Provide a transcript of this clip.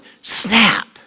snap